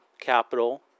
capital